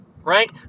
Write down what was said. right